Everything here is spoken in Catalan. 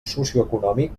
socioeconòmic